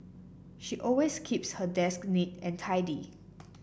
she always keeps her desk neat and tidy